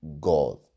God